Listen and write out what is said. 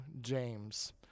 James